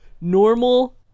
normal